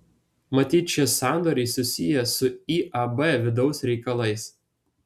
matyt šie sandoriai susiję su iab vidaus reikalais